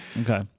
Okay